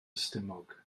stumog